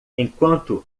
enquanto